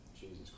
Jesus